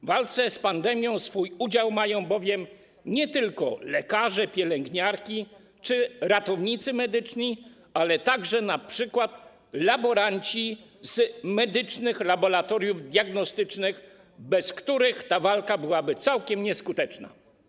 W walce z pandemią swój udział mają bowiem nie tylko lekarze, pielęgniarki czy ratownicy medyczni, ale także np. laboranci z medycznych laboratoriów diagnostycznych, bez których ta walka byłaby całkiem nieskuteczna.